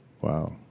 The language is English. Wow